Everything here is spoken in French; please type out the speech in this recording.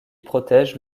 protège